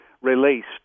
released